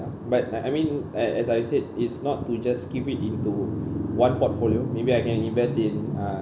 but I I mean uh as I said it's not to just keep it into one portfolio maybe I can invest in uh